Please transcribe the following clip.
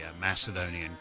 Macedonian